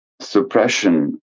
suppression